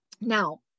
Now